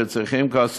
שצריכים כבר,